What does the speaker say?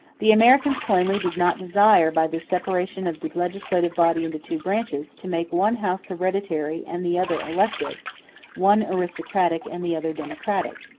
the americans, plainly, did not desire, by this separation of the legislative body into two branches, to make one house hereditary and the other elective one aristocratic and the other democratic.